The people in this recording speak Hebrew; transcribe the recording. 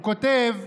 הוא כותב: